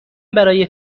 برای